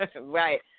right